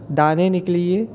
दाने निकली गे